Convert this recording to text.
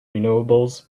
renewables